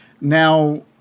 Now